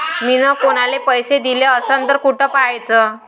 मिन कुनाले पैसे दिले असन तर कुठ पाहाचं?